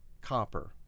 copper